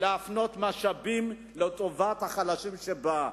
להפנות מהם משאבים לטובת החלשים שבה.